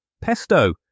Pesto